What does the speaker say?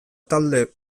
talde